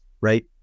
right